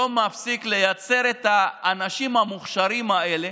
לא מפסיק לייצר את האנשים המוכשרים האלה,